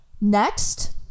Next